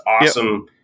awesome